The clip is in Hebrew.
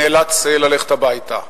נאלץ ללכת הביתה.